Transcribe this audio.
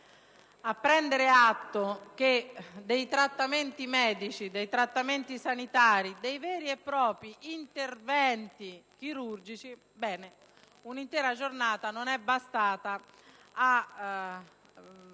a prendere atto che dei trattamenti medici, dei trattamenti sanitari, dei veri e propri interventi chirurgici... Ebbene, un'intera giornata non è bastata a